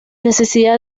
necesidad